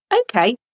Okay